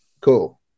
Cool